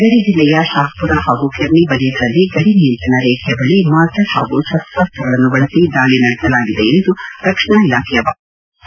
ಗಡಿ ಜಿಲ್ಲೆಯ ಶಾಹ್ ಪುರ ಹಾಗೂ ಕೆರ್ನಿ ವಲಯಗಳಲ್ಲಿ ಗಡಿ ನಿಯಂತ್ರಣ ರೇಖೆಯ ಬಳಿ ಮಾರ್ಟರ್ ಹಾಗೂ ಶಸ್ತಾಸ್ತಗಳನ್ನು ಬಳಸಿ ದಾಳಿ ನಡೆಸಲಾಗಿದೆ ಎಂದು ರಕ್ಷಣಾ ಇಲಾಖೆಯ ವಕ್ತಾರರು ತಿಳಿಸಿದ್ದಾರೆ